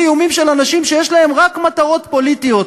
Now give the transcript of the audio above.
איומים של אנשים שיש להם רק מטרות פוליטיות.